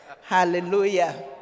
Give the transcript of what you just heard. hallelujah